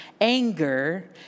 Anger